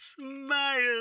Smile